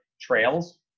trails